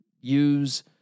use